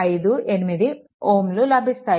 58 Ω లభిస్తాయి